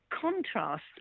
contrast